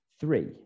three